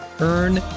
Earn